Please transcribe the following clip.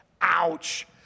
Ouch